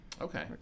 Okay